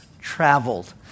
Traveled